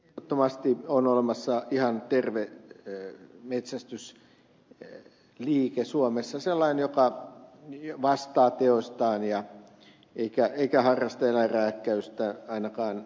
ehdottomasti on olemassa ihan terve metsästysliike suomessa sellainen joka vastaa teoistaan eikä harrasta eläinrääkkäystä ainakaan kohtuuttomalla tavalla